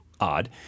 odd